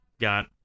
got